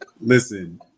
Listen